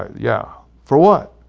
ah yeah. for what?